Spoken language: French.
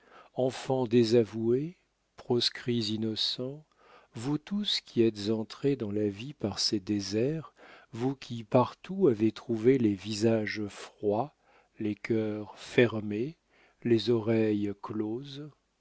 enfants désavoués proscrits innocents vous tous qui êtes entrés dans la vie par ses déserts vous qui partout avez trouvé les visages froids les cœurs fermés les oreilles closes